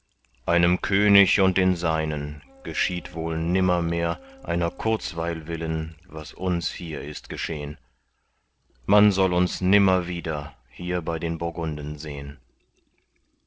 einem könig und den seinen geschieht wohl nimmermehr einer kurzweil willen was uns hier ist geschehn man soll uns nimmer wieder hier bei den bugunden sehn